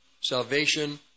salvation